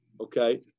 Okay